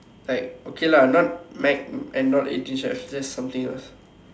like okay lah not Mac and not eighteen chefs just something else